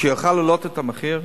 שיוכל להעלות את המחיר?